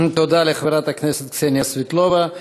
תודה לחברת הכנסת קסניה סבטלובה.